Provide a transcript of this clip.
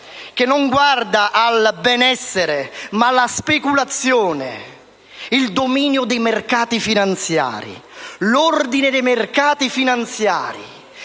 che non guarda al benessere, ma alla speculazione. Il dominio dei mercati finanziari. L'ordine dei mercati finanziari.